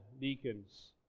deacons